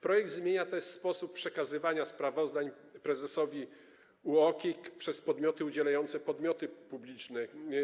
Projekt zmienia też sposób przekazywania sprawozdań prezesowi UOKiK przez podmioty udzielające pomocy publicznej.